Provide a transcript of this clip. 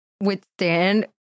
withstand